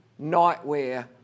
nightwear